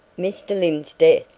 mr. lyne's death?